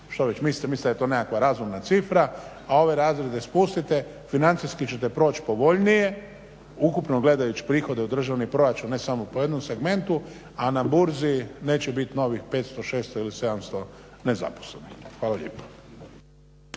što već mislite, mislim da je to nekakva razumna cifra a ove razrede spustite, financijski ćete proći povoljnije, ukupno gledajući prihode u državni proračun ne samo po jednom segmentu a na burzi neće biti novih 500, 600 ili 700 nezaposlenih. Hvala lijepo.